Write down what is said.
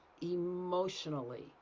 emotionally